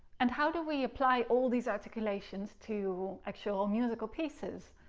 and how do we apply all these articulations to actual musical pieces?